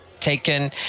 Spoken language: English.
taken